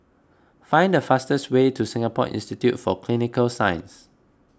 find the fastest way to Singapore Institute for Clinical Sciences